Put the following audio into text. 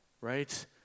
right